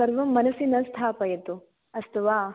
सर्वं मनसि न स्थापयतु अस्तु वा